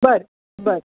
बरं बरं